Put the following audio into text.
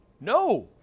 No